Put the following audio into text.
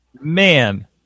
Man